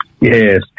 yes